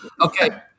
Okay